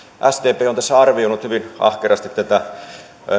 sdp on arvioinut hyvin ahkerasti tätä